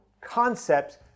concepts